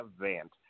event